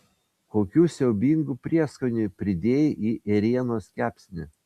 kokių siaubingų prieskonių pridėjai į ėrienos kepsnį